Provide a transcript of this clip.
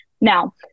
Now